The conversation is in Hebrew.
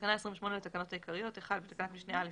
בתקנה 28 לתקנות העיקריות בתקנת משנה (א),